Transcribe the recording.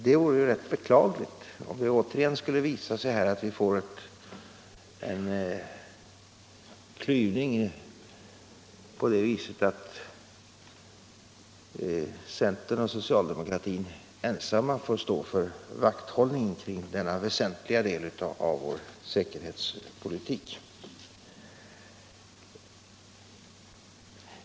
Det vore rätt beklagligt om det återigen skulle visa sig att vi får en klyvning på det viset, att centern och socialdemokratin ensamma måste stå för vakthållningen kring denna väsentliga del av vår säkerhetspolitik.